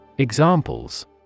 Examples